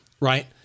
right